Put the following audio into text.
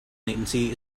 latency